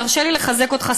תרשה לי לחזק אותך,